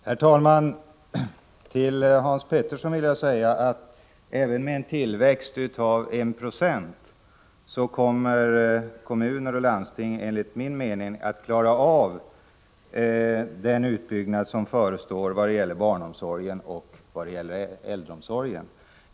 Herr talman! Till Hans Petersson i Hallstahammar vill jag säga att även med en tillväxt av 1 96 kommer kommuner och landsting enligt min mening att klara av den utbyggnad som förestår när det gäller barnomsorgen och äldreomsorgen.